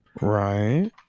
right